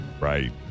Right